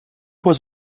was